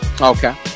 Okay